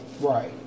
Right